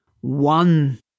one